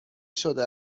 شده